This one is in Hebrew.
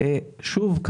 שוב,